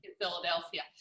Philadelphia